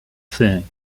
thing